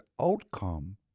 outcome